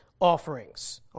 offerings